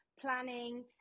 planning